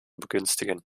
begünstigen